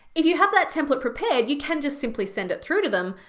if you have that template prepared, you can just simply send it through to them,